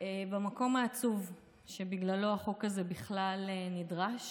במקום העצוב שבגללו החוק הזה בכלל נדרש.